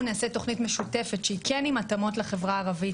נעשה תוכנית משותפת שהיא כן עם התאמות לחברה הערבית,